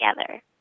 together